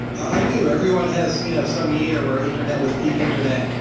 i do. everyone has you know some year where internet was peak internet.